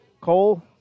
Cole